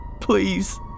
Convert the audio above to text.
Please